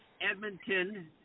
Edmonton